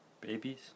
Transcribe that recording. babies